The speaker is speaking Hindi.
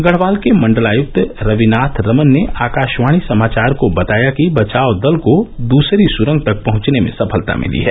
गढ़वाल के मण्डलायुक्त रविनाथ रमन ने आकाशवाणी समाचार को बताया कि बचाव दल को दूसरी सुरंग तक पहुंचने में सफलता मिली है